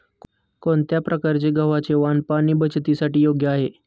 कोणत्या प्रकारचे गव्हाचे वाण पाणी बचतीसाठी योग्य आहे?